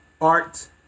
Art